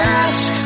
ask